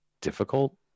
difficult